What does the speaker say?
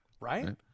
Right